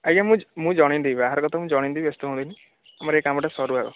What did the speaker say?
ଆଜ୍ଞା ମୁଁ ମୁଁ ଜଣେଇଦେବି ବାହାଘର କଥା ଜଣେଇଦେବି ବ୍ୟସ୍ତ ହୁଅନ୍ତୁନି ଆମର ଏ କାମଟା ସରୁ ଆଗ